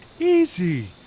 easy